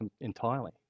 entirely